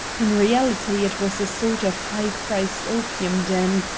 in reality, it was a sort of high-priced opium-den.